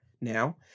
Now